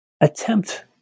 attempt